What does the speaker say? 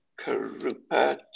Karupa